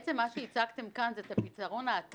בעצם מה שהצגתם כאן זה את הפתרון האט"לי,